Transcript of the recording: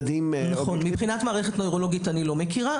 מבחינת מערכת נוירולוגית אני לא מכירה.